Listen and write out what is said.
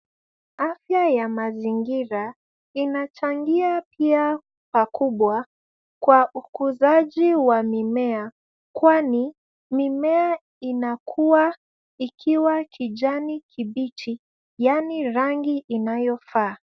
Afya ya mazingira inachangia pia pakubwa kwa ukuzaji wa mimea kwani mimea inakua ikiwa kijani kibichi yaani rangi inayofaa.